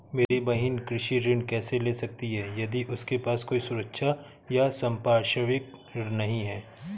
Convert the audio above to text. मेरी बहिन कृषि ऋण कैसे ले सकती है यदि उसके पास कोई सुरक्षा या संपार्श्विक नहीं है?